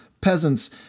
peasants